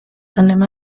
anem